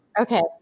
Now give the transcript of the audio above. Okay